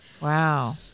Wow